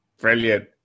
Brilliant